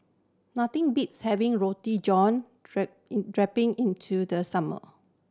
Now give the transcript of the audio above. nothing beats having Roti John droping into the summer